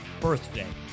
birthday